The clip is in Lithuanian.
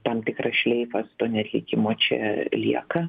tam tikras šleifas to neatlikimo čia lieka